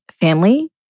family